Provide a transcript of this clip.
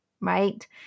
right